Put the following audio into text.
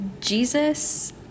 jesus